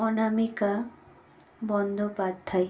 Anamika Bandyopadhyay